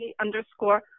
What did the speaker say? underscore